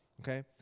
Okay